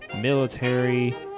military